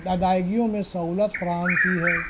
ادائیگیوں میں سہولت فراہم کی ہے